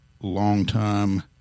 longtime